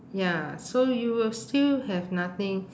ya so you will still have nothing